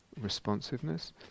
responsiveness